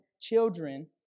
children